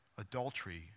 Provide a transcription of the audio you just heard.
adultery